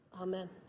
Amen